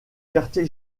quartier